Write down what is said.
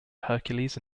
hercules